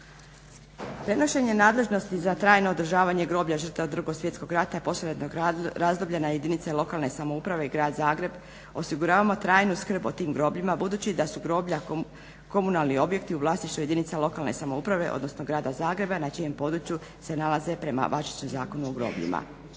Prenošenje nadležnosti za trajno održavanje groblja žrtava Drugog svjetskog rata i poslijeratnog razdoblja na jedinice lokalne samouprave i grad Zagreb osiguravamo trajnu skrb o tim grobljima budući da su groblja komunalni objekti u vlasništvu jedinica lokalne samouprave odnosno grada Zagreba na čijem području se nalaze prema važećem Zakonu o grobljima.